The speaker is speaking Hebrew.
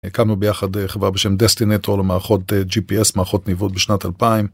הקמנו ביחד חברה בשם Destinato למערכות GPS, מערכות ניווט בשנת 2000.